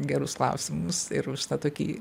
gerus klausimus ir už tą tokį